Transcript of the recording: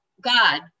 God